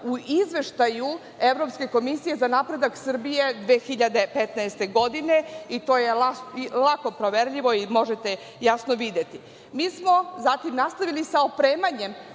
u izveštaju Evropske komisije za napredak Srbije 2015. godine i to je lako proverljivo i možete jasno videti. Zatim smo nastavili sa opremanjem